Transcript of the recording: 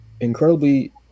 incredibly